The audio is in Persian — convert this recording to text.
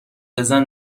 بزن